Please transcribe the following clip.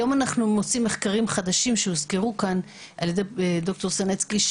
היום אנחנו עושים מחקרים חדשים שהוזכרו כאן על ידי ד"ר סנצקי,